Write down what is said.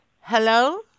Hello